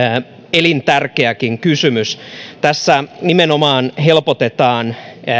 elintärkeäkin kysymys tässä nimenomaan helpotetaan